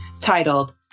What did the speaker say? titled